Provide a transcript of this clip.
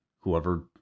whoever